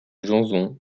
janson